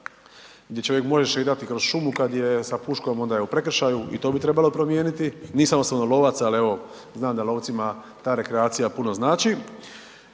gdje čovjek može šetati kroz šumu kad je sa puškom onda je u prekršaju i to bi trebalo promijeniti, nisam osobno lovac, ali evo znam da lovcima ta rekreacija puno znači.